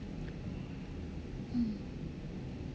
mm